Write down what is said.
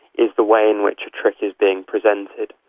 is the way in which a trick is being presented.